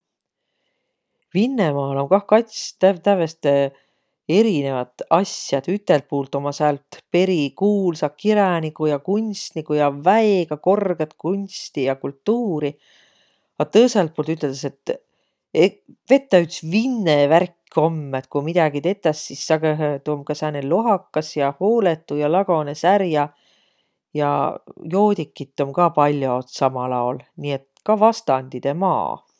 Vinnemaal om kah kats täv- tävveste erinevät asja. Et ütel puult ommaq säält peri kuulsaq kiräniguq ja kustniguq ja väega korgõt kunsti ja kultuuri, a tõõsõlt puult üteldäs, et et vet taa üts Vinne värk om, et ku midägi tetäs, sis sagõhõhe tuu om ka sääne lohakas ja hoolõdu ja lagonõs ärq ja, ja joodikit om ka pall'o samal aol. Nii et ka vastandidõ maa.